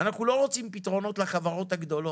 לא רוצים פתרונות לחברות הגדולות,